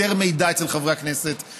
יותר מידע אצל חברי הכנסת,